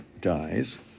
dies